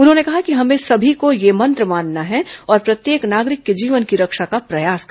उन्होंने कहा कि हमें सभी को यह मंत्र मानना है और प्रत्येक नागरिक के जीवन की रक्षा का प्रयास करना है